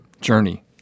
journey